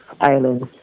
islands